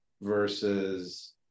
versus